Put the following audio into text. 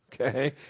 okay